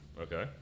Okay